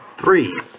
Three